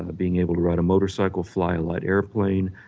ah being able to ride a motorcycle, fly a light airplane,